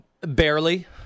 Barely